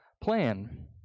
plan